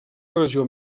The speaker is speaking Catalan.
regió